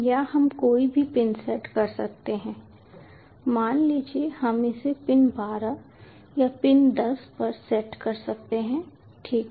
या हम कोई भी पिन सेट कर सकते हैं मान लीजिए हम इसे पिन 12 या पिन 10 पर सेट कर सकते हैं ठीक है